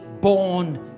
born